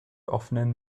offenen